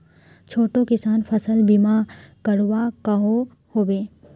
छोटो किसान फसल बीमा करवा सकोहो होबे?